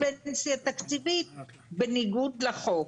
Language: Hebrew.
פנסיה תקציבית בניגוד לחוק.